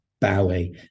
Bowie